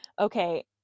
okay